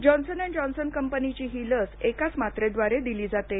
Johnson and Johnson कंपनीची ही लस एकाच मात्रेद्वारे दिली जाते